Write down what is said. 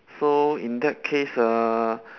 so in that case uh